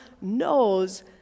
knows